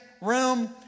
room